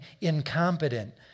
incompetent